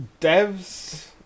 devs